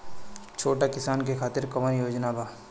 छोटा किसान के खातिर कवन योजना बा?